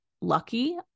lucky